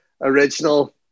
original